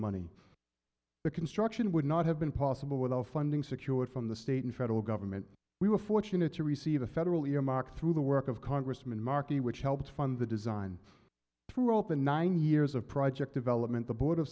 money the construction would not have been possible without funding secured from the state and federal government we were fortunate to receive the federal earmark through the work of congressman markey which helped fund the design throughout the nine years of project development the board